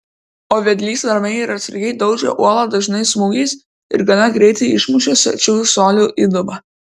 o vedlys ramiai ir atsargiai daužė uolą dažnais smūgiais ir gana greitai išmušė šešių colių įdubą